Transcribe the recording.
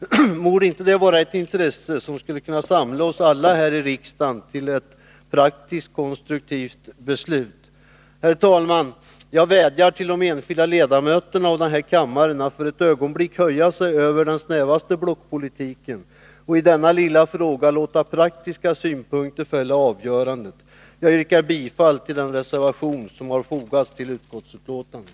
Borde inte detta vara ett intresse som kunde samla oss alla här i riksdagen till ett praktiskt konstruktivt beslut? Herr talman! Jag vädjar till de enskilda ledamöterna av denna kammare att för ett ögonblick höja sig över den snävaste blockpolitiken och i denna lilla fråga låta praktiska synpunkter fälla avgörandet. Jag yrkar bifall till den reservation som fogats vid utskottsbetänkandet.